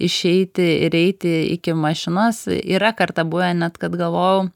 išeiti ir eiti iki mašinos yra kartą buvę net kad galvojau